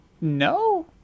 No